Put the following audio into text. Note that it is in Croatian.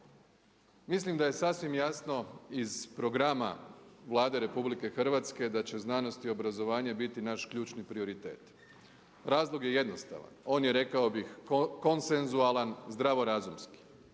Mislim da je sasvim jasno iz programa RH da će znanost i obrazovanje biti naš ključni prioritet. Razlog je jednostavan, on je rekao bih konsenzualan, zdravo razumski,